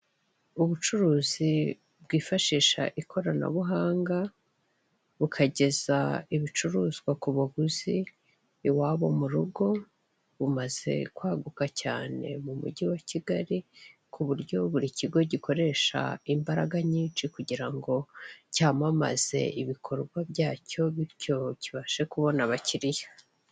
Ubucuruzi bwifashisha ikoranabuhanga bukageza ibicuruzwa ku baguzi i wabo mu rugo, bumaze kwaguka cyane mu mujyi wa Kigali, ku buryo buri kigo gikoresha imbaraga nyinshi kugira ngo cyamamaze ibikorwa byacyo bityo kibashe kubona abakiriya.